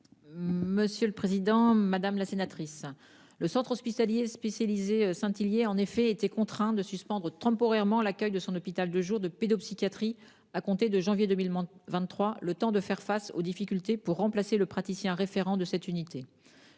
ministre déléguée. Madame la sénatrice, le centre hospitalier spécialisé Saint-Ylie a en effet été contraint de suspendre temporairement l'accueil de son hôpital de jour de pédopsychiatrie à compter de janvier 2023, le temps de faire face à ses difficultés et de remplacer le praticien référent de cette unité.